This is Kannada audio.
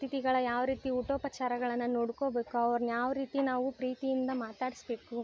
ಅಥಿತಿಗಳ ಯಾವ ರೀತಿ ಊಟೋಪಚಾರಗಳನ್ನು ನೊಡ್ಕೊಳ್ಬೇಕು ಅವ್ರ್ನ ಯಾವ ರೀತಿ ನಾವು ಪ್ರೀತಿಯಿಂದ ಮಾತಾಡಿಸ್ಬೇಕು